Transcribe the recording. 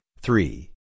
three